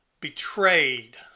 Betrayed